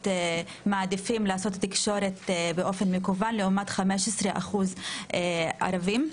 מעדיפים לנהל תקשורת באופן מקוון לעומת 15% מהערבים.